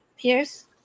Pierce